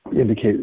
indicate